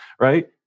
Right